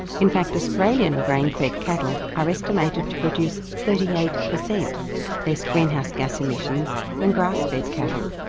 in fact, australian grain-fed cattle are estimated to produce thirty eight percent less greenhouse gas emissions than grass-fed cattle.